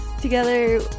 together